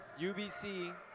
UBC